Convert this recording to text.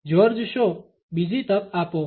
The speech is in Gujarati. George Shaw Refer slide time 0807 બીજી તક આપો